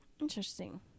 interesting